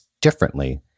differently